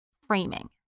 framing